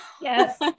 yes